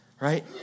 right